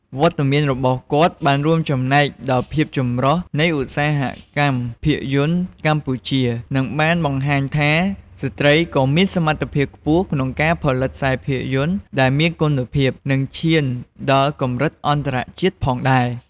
វត្តមានរបស់គាត់បានរួមចំណែកដល់ភាពចម្រុះនៃឧស្សាហកម្មភាពយន្តកម្ពុជា និងបានបង្ហាញថា ស្ត្រីក៏មានសមត្ថភាពខ្ពស់ក្នុងការផលិតខ្សែភាពយន្តដែលមានគុណភាព និងឈានដល់កម្រិតអន្តរជាតិផងដែរ។